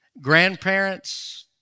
Grandparents